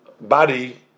body